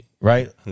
Right